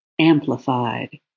amplified